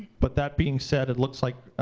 but that being said, it looks like